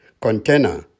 container